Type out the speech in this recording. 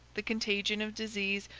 the contagion of disease,